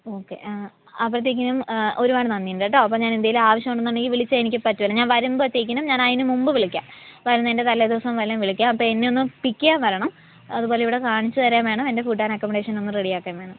okay ആ അപ്പോഴത്തേക്കിനും ഒരുപാട് നന്ദിയുണ്ട് കേട്ടോ അപ്പോൾ ഞാൻ ഏന്തെങ്കിലും ആവശ്യം ഉണ്ടെന്നുണ്ടെങ്കിൽ വിളിച്ചാൽ എനിക്ക് പറ്റുമല്ലോ ഞാൻ വരുമ്പോഴത്തേക്കിനും ഞാൻ അതിനുമുമ്പ് വിളിക്കാം വരുന്നതിൻ്റെ തലേദിവസം വല്ലതും വിളിക്കാം അപ്പോൾ എന്നെ ഒന്ന് പിക്ക് ചെയ്യാൻ വരണം അതുപോലെ ഇവിടെ കാണിച്ചുതരുവേം വേണം എൻ്റെ ഫുഡ് ആൻഡ് അക്കോമഡേഷൻ ഒന്ന് റെഡി ആക്കുവേം വേണം